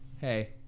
hey